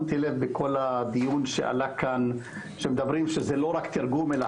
שמתי לב בכול הדיון שעלה כאן שמדברים על כך שזה שלא רק תרגום אלא